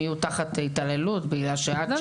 יהיו תחת התעללות בגלל שעד ש,